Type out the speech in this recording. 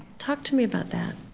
talk to me about that